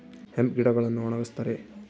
hemp ಗಿಡಗಳನ್ನು ಒಣಗಸ್ತರೆ